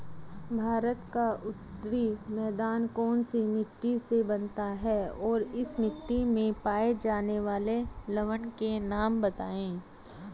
भारत का उत्तरी मैदान कौनसी मिट्टी से बना है और इस मिट्टी में पाए जाने वाले लवण के नाम बताइए?